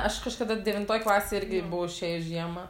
aš kažkada devintoj klasėj irgi buvau išėjus žiemą